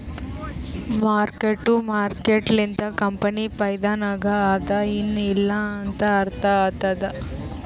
mark to market ಲಿಂತ company ಫೈದಾನಾಗ್ ಅದಾ ಎನ್ ಇಲ್ಲಾ ಅಂತ ಅರ್ಥ ಆತ್ತುದ್